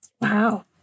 Wow